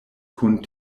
kun